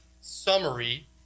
summary